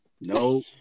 No